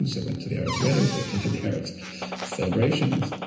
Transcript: so went to the arabs' weddings, they attended the arabs' celebrations,